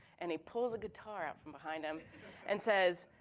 and he pulls a guitar out from behind him and says,